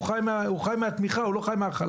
הוא חי מהתמיכה, הוא לא חי מהחלב.